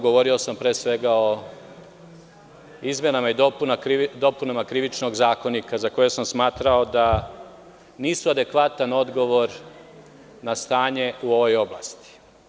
Govorio sam o izmenama i dopunama Krivičnog zakonika, za koje sam smatrao da nisu adekvatan odgovor na stanje u ovoj oblasti.